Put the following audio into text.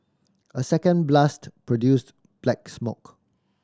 a second blast produced black smoke